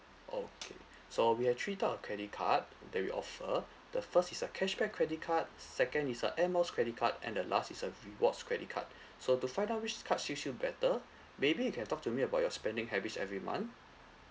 okay so we have three type of credit card that we offer the first is a cashback credit card second is a air miles credit card and the last is a rewards credit card so to find out which card suits you better maybe you can talk to me about your spending habits every month